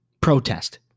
protest